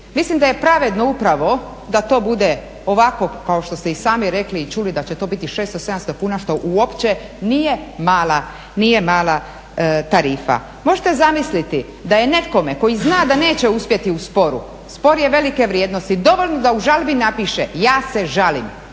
Mislim da je pravedno upravo da to bude ovako kao što ste i sami rekli i čuli da će to biti 600, 700 kuna što uopće nije mala tarifa. Možete zamisliti da je nekome koji zna da neće uspjeti u sporu, spor je velike vrijednosti, dovoljno da u žalbi napiše ja se žalim